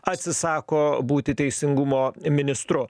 atsisako būti teisingumo ministru